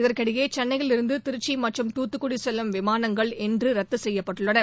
இதற்கிடையே சென்னையிலிருந்து திருச்சி மற்றும் துத்துக்குடி செல்லும் விமானங்கள் இன்று ரத்து செய்யப்பட்டுள்ளன